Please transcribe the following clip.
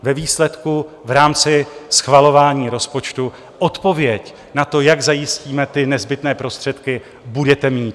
Ve výsledku v rámci schvalování rozpočtu odpověď na to, jak zajistíme ty nezbytné prostředky, budete mít.